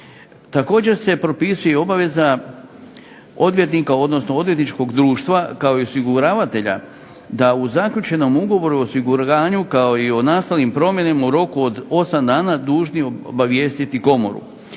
Također se propisuje obaveza odvjetnika odnosno odvjetničkog društva kao i osiguravatelja da o zaključenom ugovoru o osiguranju kao i o nastalim promjenama u roku od 8 dana dužni obavijestiti komoru.